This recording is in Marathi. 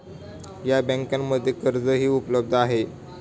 या बँकांमध्ये कर्जही उपलब्ध आहे